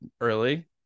early